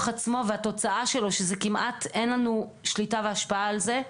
עצמו לבין התוצאה שלו כמעט ואין לנו שליטה והשפעה על זה,